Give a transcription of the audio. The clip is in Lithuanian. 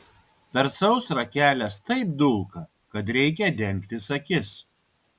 per sausrą kelias taip dulka kad reikia dengtis akis